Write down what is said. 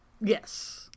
Yes